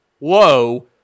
low